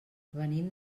venim